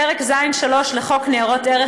פרק ז'3 לחוק ניירות ערך,